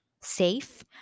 safe